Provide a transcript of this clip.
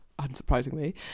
unsurprisingly